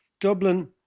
Dublin